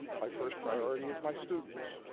my first priority is my students.